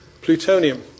plutonium